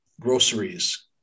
groceries